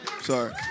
Sorry